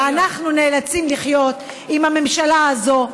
ואנחנו נאלצים לחיות עם הממשלה הזאת,